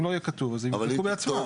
אם לא יהיה כתוב אז הם יבדקו בעצמם.